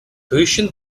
tuition